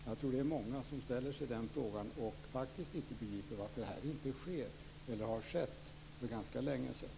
Jag tror att många ställer sig den frågan och faktiskt inte begriper varför det här inte har skett för ganska länge sedan.